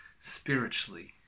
spiritually